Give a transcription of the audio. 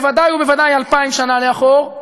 בוודאי ובוודאי אלפיים שנה לאחור.